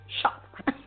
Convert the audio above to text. shop